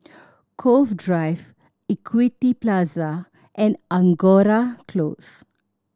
Cove Drive Equity Plaza and Angora Close